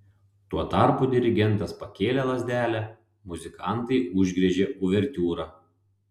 tuo tarpu dirigentas pakėlė lazdelę muzikantai užgriežė uvertiūrą